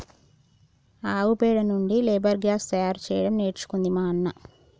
ఆవు పెండ నుండి గోబర్ గ్యాస్ తయారు చేయడం నేర్చుకుంది మా అన్న